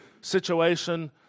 situation